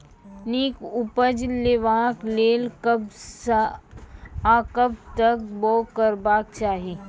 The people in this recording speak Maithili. नीक उपज लेवाक लेल कबसअ कब तक बौग करबाक चाही?